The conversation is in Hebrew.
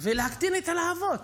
ולהקטין את הלהבות.